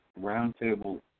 roundtable